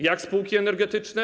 Jak spółki energetyczne?